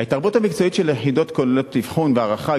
ההתערבות המקצועית של היחידות כוללת אבחון והערכה,